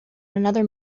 another